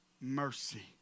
mercy